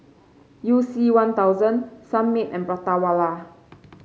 You C One Thousand Sunmaid and Prata Wala